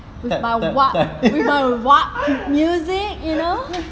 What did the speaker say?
with my work with my work music you know